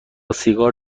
سیگار